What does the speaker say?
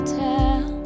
tell